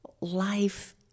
life